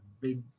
big